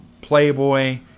Playboy